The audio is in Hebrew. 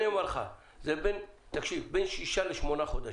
זה בין 6-8 חודשים.